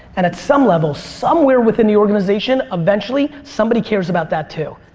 and at some level, somewhere within the organization eventually somebody cares about that too.